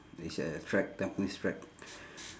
it's at a track tampines track